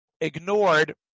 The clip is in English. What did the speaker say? ignored